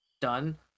done